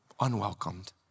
unwelcomed